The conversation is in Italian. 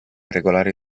irregolari